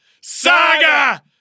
Saga